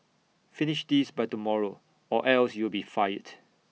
finish this by tomorrow or else you'll be fired